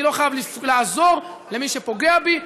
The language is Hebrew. אני לא חייב לעזור למי שפוגע בי.